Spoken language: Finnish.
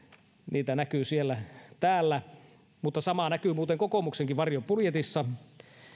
niitä näkyy siellä täällä samaa näkyy muuten kokoomuksenkin varjobudjetissa